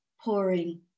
pouring